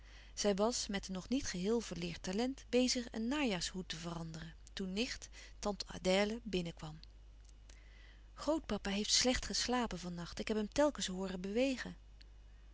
zij was met een nog niet geheel verleerd talent bezig een najaarshoed te veranderen toen nicht tante adèle binnenkwam grootpapa heeft slecht geslapen van nacht ik heb hem telkens hooren bewegen